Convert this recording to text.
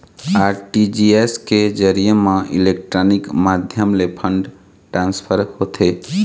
RTGS के जरिए म इलेक्ट्रानिक माध्यम ले फंड ट्रांसफर होथे